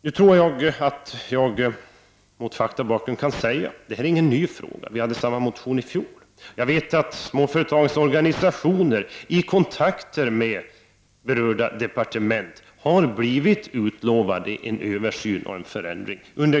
Mot bakgrund av fakta kan man konstatera att detta inte är någon ny fråga. Vi väckte också en likadan motion i fjol. Jag vet att småföretagens organisationer i kontakter med berörda departement under ganska lång tid har blivit utlovade en översyn och en förändring.